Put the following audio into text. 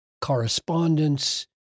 correspondence